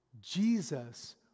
Jesus